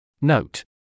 Note